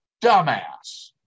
dumbass